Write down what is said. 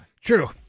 True